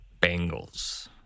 Bengals